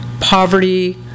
poverty